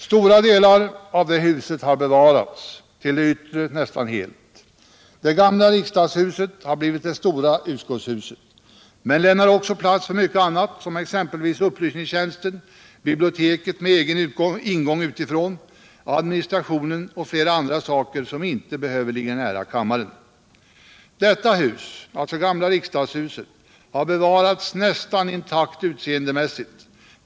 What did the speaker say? Stora delar av det huset har bevarats, till det yttre nästan helt. Det gamla riksdagshuset har blivit det stora utskottshuset, men lämnar också plats för mycket annat, såsom upplysningstjänsten, biblioteket med egen ingång utifrån, administrationen och flera andra saker som inte behöver ligga nära kammaren. Detta hus har bevarats nästan intakt utseendemässigt.